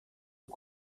aux